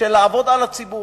של לעבוד על הציבור.